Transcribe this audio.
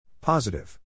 Positive